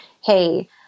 Hey